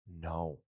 no